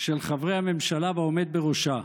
של חברי הממשלה והעומד בראשה.